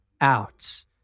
out